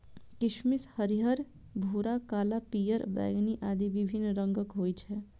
किशमिश हरियर, भूरा, काला, पीयर, बैंगनी आदि विभिन्न रंगक होइ छै